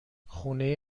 خونه